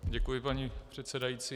Děkuji, paní předsedající.